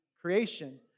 Creation